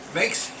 makes